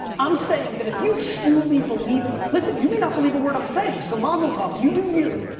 i'm saying that if you truly believe. listen, you may not believe a word i'm saying, so mazel tov. you do you,